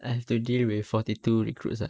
I have to deal with forty two recruits